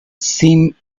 seen